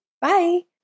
Bye